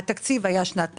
התקציב היה של שנת בחירות.